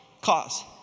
cause